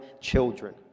children